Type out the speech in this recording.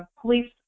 Police